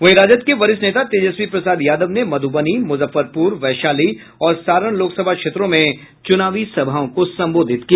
वहीं राजद के वरिष्ठ नेता तेजस्वी प्रसाद यादव ने मधुबनी मुजफ्फरपुर वैशाली और सारण लोकसभा क्षेत्रों में चुनावी सभाओं को संबोधित किया